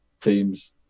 teams